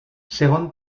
segon